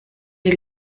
die